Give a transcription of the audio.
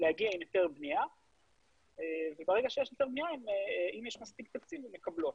להגיע עם היתר בנייה וברגע שיש היתר בנייה אם יש מספיק תקציב הן מקבלות.